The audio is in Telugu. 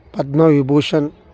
పద్మ విభూషణ్